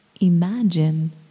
imagine